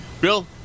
Bill